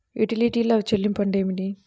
యుటిలిటీల చెల్లింపు అంటే ఏమిటి?